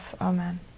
Amen